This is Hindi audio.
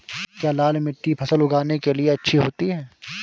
क्या लाल मिट्टी फसल उगाने के लिए अच्छी होती है?